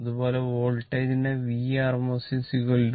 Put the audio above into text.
അതുപോലെ വോൾട്ടേജിനെ Vrms 0